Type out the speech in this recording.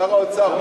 שר האוצר,